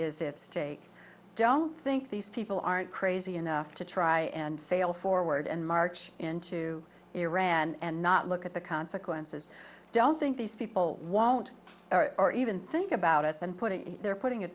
is it's take don't think these people aren't crazy enough to try and fail forward and march into iraq and not look at the consequences don't think these people won't even think about us and put it in there putting a